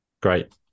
Great